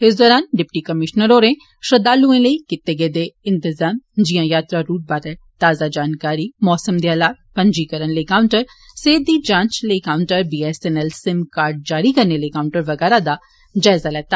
इस दौरान deputy commissioner होरें श्रद्धालुएं लेई कीते गेदे इन्तजाम जिया यात्रा रूट बारे ताज़ा जानकारी मौसम दे हालात पंजीकरण लेई काऊंटर सेहत दी जांच लेई काउंटर बीएसएनएल सिम कार्ड जारी करने लेई काउंटर बगैरा दा जायजा लैता